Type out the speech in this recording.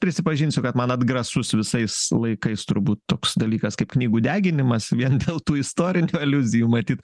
prisipažinsiu kad man atgrasus visais laikais turbūt toks dalykas kaip knygų deginimas vien dėl tų istorinių aliuzijų matyt